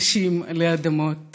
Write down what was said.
הנשים עלי אדמות